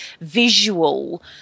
visual